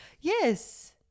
Yes